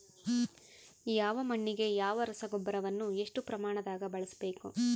ಯಾವ ಮಣ್ಣಿಗೆ ಯಾವ ರಸಗೊಬ್ಬರವನ್ನು ಎಷ್ಟು ಪ್ರಮಾಣದಾಗ ಬಳಸ್ಬೇಕು?